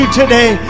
today